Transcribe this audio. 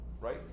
right